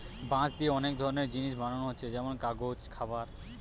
বাঁশ দিয়ে অনেক ধরনের জিনিস বানানা হচ্ছে যেমন কাগজ, খাবার